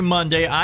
Monday